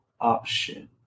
option